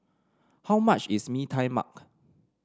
how much is Mee Tai Mak